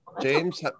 James